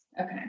Okay